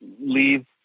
leave